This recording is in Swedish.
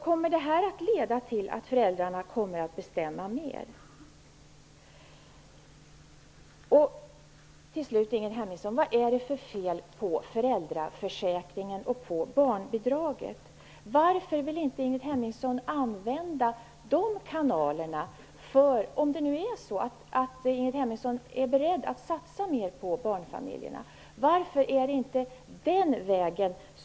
Kommer det att leda till att föräldrarna kommer att få bestämma mera? Hemmingsson är beredd att satsa mer på barnfamiljerna, varför vill hon då inte gå den vägen?